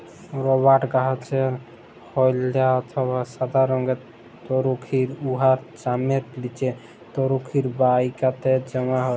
রবাট গাহাচের হইলদ্যা অথবা ছাদা রংয়ের তরুখির উয়ার চামের লিচে তরুখির বাহিকাতে জ্যমা হ্যয়